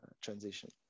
transition